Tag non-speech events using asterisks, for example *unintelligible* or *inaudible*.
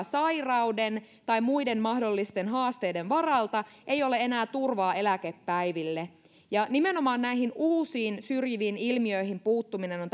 *unintelligible* sairauden tai muiden mahdollisten haasteiden varalta ei ole enää turvaa eläkepäiville nimenomaan näihin uusiin syrjiviin ilmiöihin puuttuminen on *unintelligible*